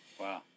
Wow